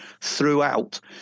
throughout